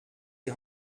die